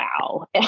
wow